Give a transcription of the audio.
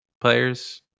players